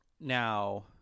Now